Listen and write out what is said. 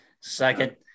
Second